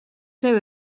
seu